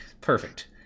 Perfect